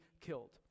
killed